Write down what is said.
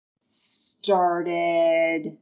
started